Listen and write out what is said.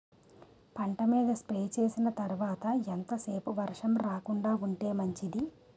పంట మీద స్ప్రే చేసిన తర్వాత ఎంత సేపు వర్షం రాకుండ ఉంటే మంచిది?